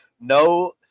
No